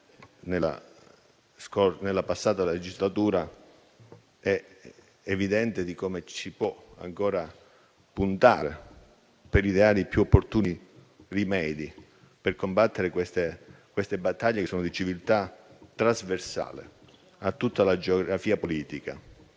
nella passata legislatura evidenzia come si possa ancora lavorare, per ideare i più opportuni rimedi per combattere queste battaglie di civiltà, trasversali a tutta la geografia politica.